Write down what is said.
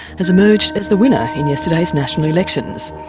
has emerged as the winner in yesterday's national elections.